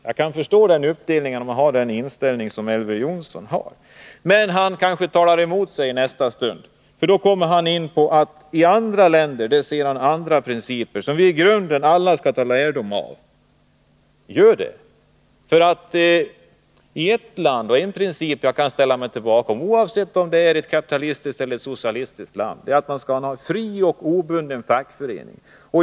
Jag kan förstå att man gör en sådan uppdelning, om man har den inställning som Elver Jonsson har. Nr 34 Men i nästa stund talar Elver Jonsson nog emot sig själv. Då kommer han nämligen in på att han i andra länder ser andra principer, som vi alla skall ta lärdom av. Gör det! En princip som jag kan ställa mig bakom, oavsett om den tillämpas i ett kapitalistiskt eller socialistiskt land, är att man skall ha en fri och obunden fackförening.